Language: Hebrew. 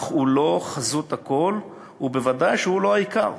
אך הוא לא חזות הכול ובוודאי לא העיקר.